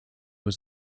was